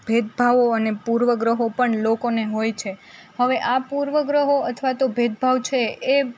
ભેદભાવો અને પૂર્વગ્રહો પણ લોકોને હોય છે હવે આ પૂર્વગ્રહો અથવા તો ભેદભાવ છે એ